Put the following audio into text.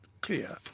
clear